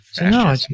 No